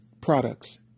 products